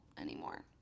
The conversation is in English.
anymore